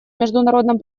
международном